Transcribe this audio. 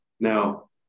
Now